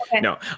No